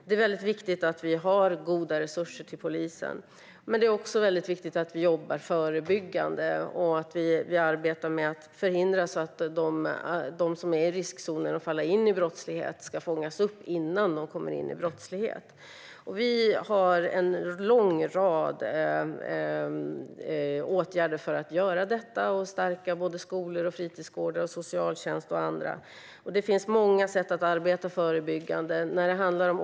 Det är väldigt viktigt att vi har goda resurser till polisen. Men det är också väldigt viktigt att vi jobbar förebyggande, så att de som är i riskzonen för att falla in i brottslighet ska fångas upp innan de kommer dit. Vi har en lång rad åtgärder för att göra detta. Vi stärker skolor, fritidsgårdar, socialtjänst och annat. Det finns många sätt att arbeta förebyggande.